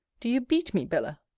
do you beat me, bella?